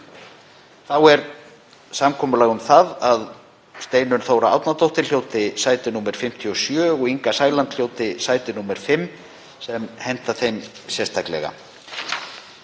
Þá er samkomulag um það að Steinunn Þóra Árnadóttir hljóti sæti 57 og Inga Sæland hljóti sæti 5 sem henta þeim sérstaklega.